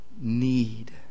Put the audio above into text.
need